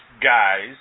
guys